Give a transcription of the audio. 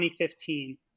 2015